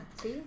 see